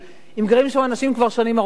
אם גרים שם אנשים כבר שנים ארוכות.